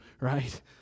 right